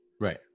Right